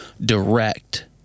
direct